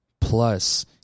Plus